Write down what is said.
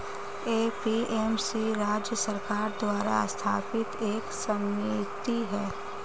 APMC राज्य सरकार द्वारा स्थापित एक समिति है